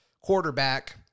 quarterback